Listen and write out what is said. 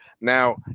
Now